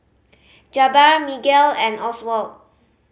Jabbar Miguel and Oswald